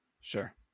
sure